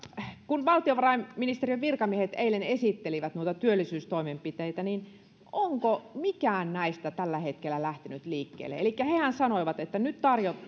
kun valtiovarainministeriön virkamiehet eilen esittelivät noita työllisyystoimenpiteitä niin onko mikään näistä tällä hetkellä lähtenyt liikkeelle elikkä hehän sanoivat että nyt